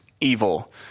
evil